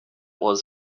was